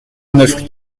neuf